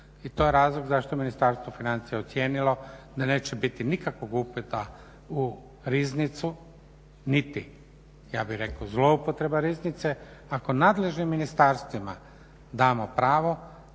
I to je razlog zašto je Ministarstvo financija ocijenilo da neće biti nikakvog upita u Riznicu niti ja bih rekao zloupotreba Riznice ako nadležnim ministarstvima damo pravo